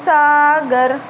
Sagar